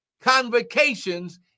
convocations